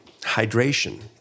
hydration